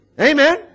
Amen